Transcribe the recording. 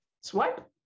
swipe